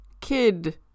Kid